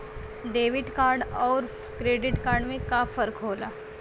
Debit card अउर credit card में का फर्क होला?